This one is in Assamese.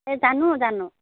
এই জানো জানো